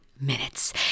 minutes